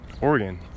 Oregon